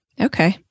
Okay